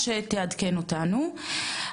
אנחנו מאוד שמחות שאיילת שקד נמצאת איתנו היום,